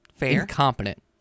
incompetent